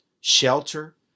shelter